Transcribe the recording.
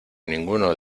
ninguno